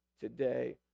today